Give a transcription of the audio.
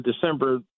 December